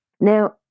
Now